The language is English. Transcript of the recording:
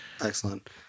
excellent